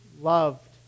loved